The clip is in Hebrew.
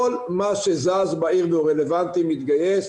כל מה שזז בעיר והוא רלוונטי, מתגייס,